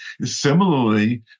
similarly